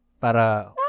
Para